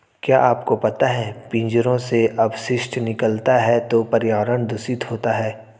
क्या आपको पता है पिंजरों से अपशिष्ट निकलता है तो पर्यावरण दूषित होता है?